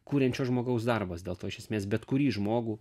kuriančio žmogaus darbas dėl to iš esmės bet kurį žmogų